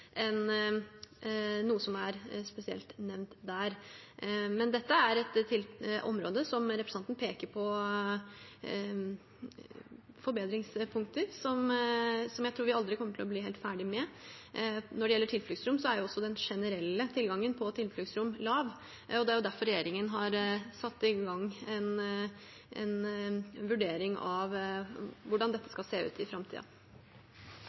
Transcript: noe som er spesielt nevnt der. Men dette er et område der representanten peker på forbedringspunkter som jeg tror vi aldri kommer til å bli helt ferdig med. Når det gjelder tilfluktsrom, er også den generelle tilgangen på tilfluktsrom lav, og det er derfor regjeringen har satt i gang en vurdering av hvordan dette skal se ut i